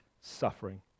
suffering